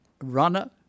runner